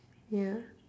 ya